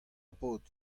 paotr